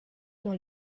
dans